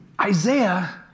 Isaiah